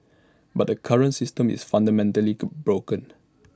but the current system is fundamentally broken